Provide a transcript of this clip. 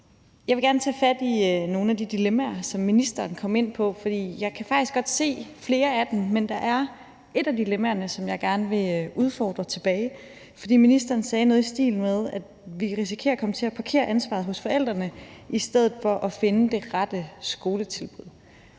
Jeg vil gerne tage fat i nogle af de dilemmaer, som ministeren kom ind på, for jeg kan faktisk godt se flere af dem, men der er et af dilemmaerne, som jeg gerne vil udfordre. Ministeren sagde noget i stil med, at vi risikerer at komme til at parkere ansvaret hos forældrene i stedet for at finde det rette skoletilbud.